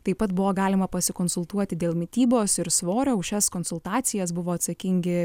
taip pat buvo galima pasikonsultuoti dėl mitybos ir svorio už šias konsultacijas buvo atsakingi